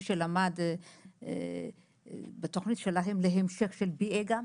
מי שלמד בתוכנית שלהם להמשך של B.A גם,